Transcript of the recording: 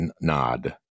nod